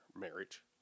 marriage